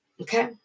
Okay